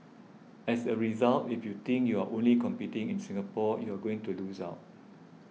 as a result if you think you're only competing in Singapore you're going to lose out